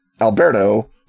Alberto